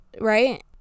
right